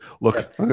look